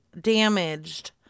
damaged